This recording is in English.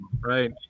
right